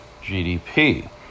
GDP